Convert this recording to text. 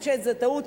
אני חושבת שזה טעות,